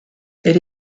elle